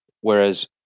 whereas